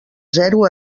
zero